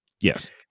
Yes